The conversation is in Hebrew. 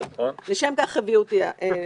לשם כך הביאו אותי לשם.